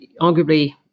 arguably